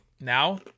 Now